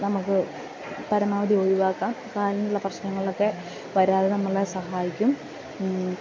നമുക്ക് പരമാവധി ഒഴിവാക്കാം കാലിനുള്ള പ്രശ്നങ്ങളൊക്കെ വരാതെ നമ്മളെ സഹായിക്കും